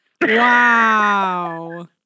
Wow